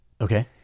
Okay